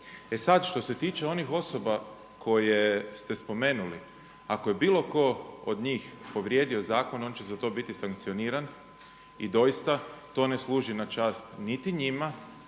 E sad što se tiče onih osoba koje ste spomenuli, ako je bilo tko od njih povrijedio zakon on će za to biti sankcioniran i doista to ne služi na čast niti njima